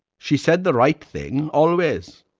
she said the right thing, always.